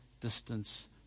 distance